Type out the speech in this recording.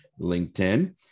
LinkedIn